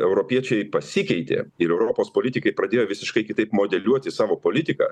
europiečiai pasikeitė ir europos politikai pradėjo visiškai kitaip modeliuoti savo politiką